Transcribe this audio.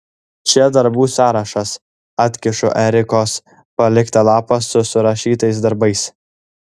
čia darbų sąrašas atkišu erikos paliktą lapą su surašytais darbais